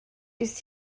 ist